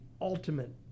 ultimate